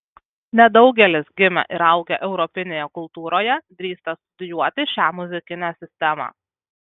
nedaugelis gimę ir augę europinėje kultūroje drįsta studijuoti šią muzikinę sistemą